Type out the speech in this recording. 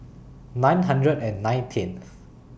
nine hundred and nineteenth